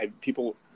People